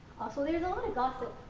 so there's a lot of gossip,